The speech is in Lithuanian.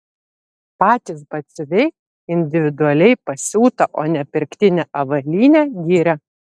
patys batsiuviai individualiai pasiūtą o ne pirktinę avalynę giria